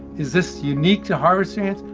is this unique to harvesting ants,